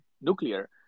nuclear